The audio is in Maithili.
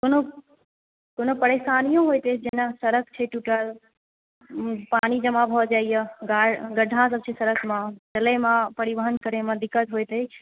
कोनो कोनो परेशानी होयत अछि जेना सड़क छै टूटल पानि जमा भऽ जाइया गढ़ गड्ढासभ छै सड़कमे चलयमे परिवहन करयमे दिक़्क़त होइत अछि